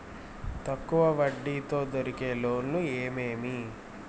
తక్కువ వడ్డీ తో దొరికే లోన్లు ఏమేమీ?